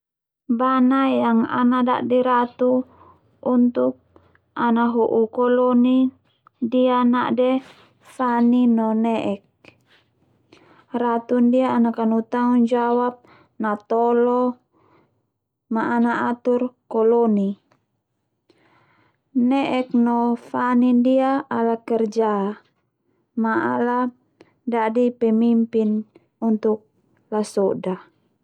Bana yang ana da'di ratu untuk ana ho'u koloni ndia na'de fani no ne'ek, ratu ndia ana kanu tanggung jawab natolo ma ana atur koloni ne'ek no fani ndia ala kerja ma ala da'di pemimpin untuk lasoda.